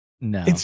No